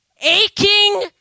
aching